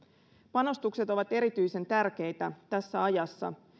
panostukset ovat erityisen tärkeitä tässä ajassa